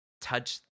touch